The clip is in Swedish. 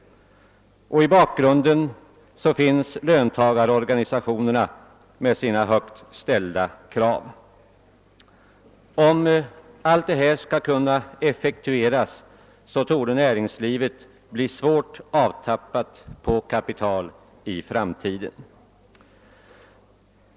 Och i bakgrunden finns löntagarorganisationerna med sina högt ställda krav. Om alla dessa krav skall kunna effektueras torde näringslivet bli svårt avtappat på kapital i framtiden.